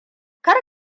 kar